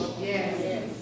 yes